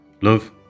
Love